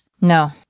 No